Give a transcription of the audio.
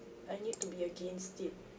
I need to be against it